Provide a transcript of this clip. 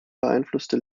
beeinflusste